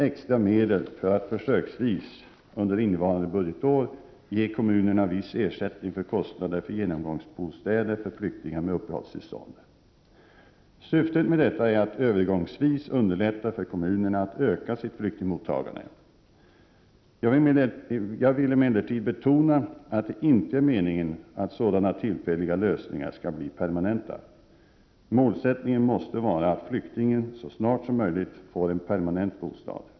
5, SfU 32, rskr. 379), extra medel för att försöksvis, under innevarande budgetår, ge kommunerna viss ersättning för kostnader för genomgångsbostäder för flyktingar med uppehållstillstånd. Syftet med detta är att övergångsvis underlätta för kommunerna att öka sitt flyktingmottagande. Jag vill emellertid betona att det inte är meningen att sådana tillfälliga lösningar skall bli permanenta. Målsättningen måste vara att flyktingen så snart som möjligt får en permanent bostad.